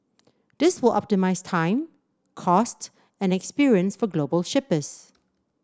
this will optimise time cost and experience for global shippers